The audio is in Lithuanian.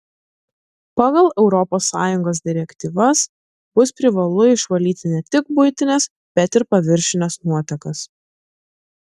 pagal europos sąjungos direktyvas bus privalu išvalyti ne tik buitines bet ir paviršines nuotekas